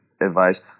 advice